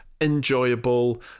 enjoyable